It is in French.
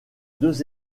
deux